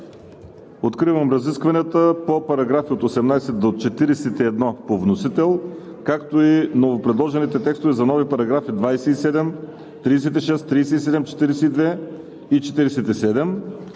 Откривам разискванията по параграфи 18 – 41 по вносител, както и новопредложените текстове за нови параграфи 27, 36, 37, 42 и 47,